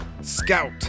Scout